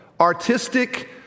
artistic